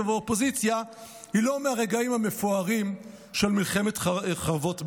לאופוזיציה היא לא מהרגעים המפוארים של מלחמת חרבות ברזל.